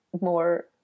more